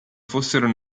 fossero